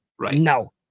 no